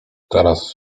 teraz